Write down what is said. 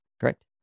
Correct